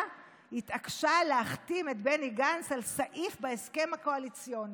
התעקשה להחתים את בני גנץ על סעיף בהסכם הקואליציוני.